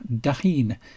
Dahin